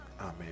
Amen